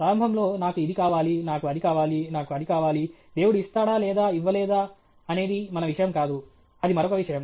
ప్రారంభంలో నాకు ఇది కావాలి నాకు అది కావాలి నాకు అది కావాలి దేవుడు ఇస్తాడా లేదా ఇవ్వలేదా అనేది మన విషయం కాదు అది మరొక విషయం